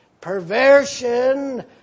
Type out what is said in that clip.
perversion